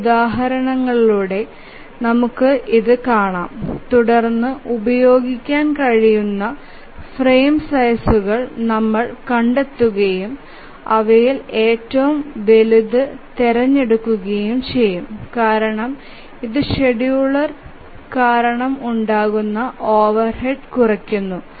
ചില ഉദാഹരണങ്ങളിലൂടെ നമക്ക് ഇതു കാണും തുടർന്ന് ഉപയോഗിക്കാൻ കഴിയുന്ന ഫ്രെയിം സൈസ്കൾ നമ്മൾ കണ്ടെത്തുകയും അവയിൽ ഏറ്റവും വലുത് തിരഞ്ഞെടുക്കുകയും ചെയ്യും കാരണം ഇത് ഷെഡ്യൂളർ കാരണം ഉണ്ടാകുന്ന ഓവർഹെഡ് കുറയ്ക്കും